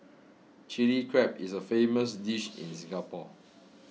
Chilli Crab is a famous dish in Singapore